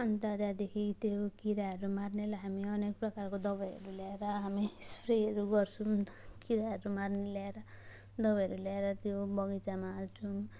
अन्त त्यहाँदेखि त्यो किराहरू मार्नलाई हामी अनेक प्रकारको दबाईहरू ल्याएर हामी स्प्रेहरू गर्छौँ किराहरू मार्ने ल्याएर दबाईहरू ल्याएर त्यो बगैँचामा हाल्छौँ